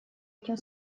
этим